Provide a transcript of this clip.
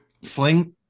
sling